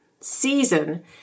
season